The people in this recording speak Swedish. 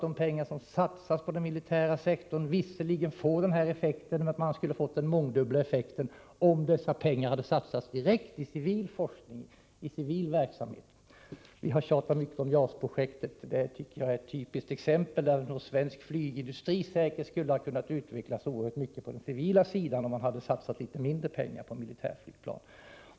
De pengar som satsas på den militära sektorn får visserligen dessa positiva effekter, men de skulle ha fått mångdubbel effekt om de hade satsats direkt i civil forskning och civil verksamhet. Vi har tjatat mycket om JAS-projektet, som är ett typiskt exempel på detta. Svensk flygindustri skulle säkert ha kunnat utvecklas oerhört mycket på den civila sidan om man hade satsat mindre pengar på militärflygplan.